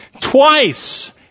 Twice